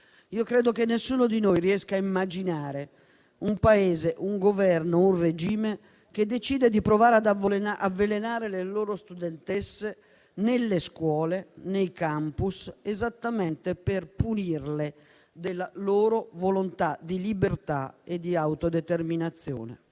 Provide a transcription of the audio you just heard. Credo che nessuno di noi riesca a immaginare un Paese, un Governo o un regime che decidono di provare ad avvelenare le proprie studentesse nelle scuole, nei *campus*, esattamente per punirle della loro volontà di libertà e di autodeterminazione.